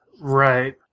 right